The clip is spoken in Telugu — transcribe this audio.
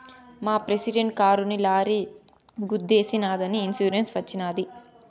మా ప్రెసిడెంట్ కారుని లారీ గుద్దేశినాదని ఇన్సూరెన్స్ వచ్చినది